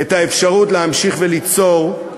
את האפשרות להמשיך וליצור,